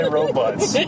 robots